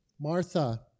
Martha